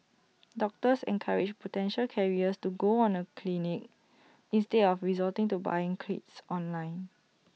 doctors encouraged potential carriers to go on A clinic instead of resorting to buying kits online